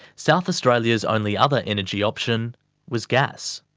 south australia's only other energy option was gas.